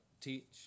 teach